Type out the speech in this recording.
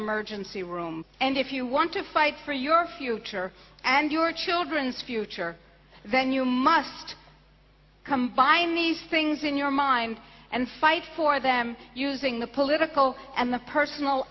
emergency room and if you want to fight for your future and your children's future then you must combine these things in your mind and fight for them using the political and the personal